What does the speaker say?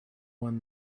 won